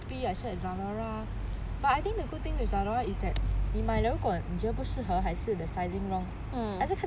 shopee shop on zalora but I think the good thing with zalora is that 买了如果你觉得不适合还是 the sizing wrong 还是看